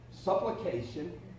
supplication